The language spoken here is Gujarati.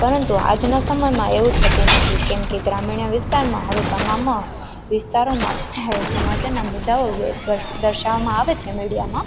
પરંતુ આજના સમયમાં એવું થતું નથી કેમકે ગ્રામીણ વિસ્તારમાં હવે તમામ વિસ્તારોમાં સમાજના મુદ્દાઓ દર્શાવવામાં આવે છે મીડિયામાં